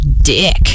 dick